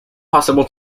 possible